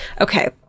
Okay